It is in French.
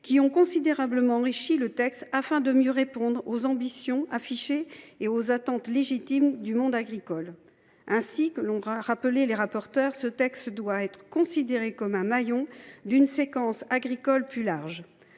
qui ont considérablement enrichi le texte afin de mieux répondre aux ambitions affichées et aux attentes légitimes du monde agricole. Ainsi que l’ont rappelé les rapporteurs, ce projet de loi doit être considéré comme un maillon d’une séquence agricole plus large.